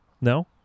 No